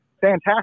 fantastic